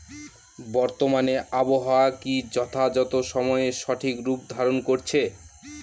বর্তমানে আবহাওয়া কি যথাযথ সময়ে সঠিক রূপ ধারণ করছে?